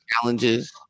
Challenges